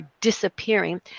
disappearing